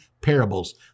parables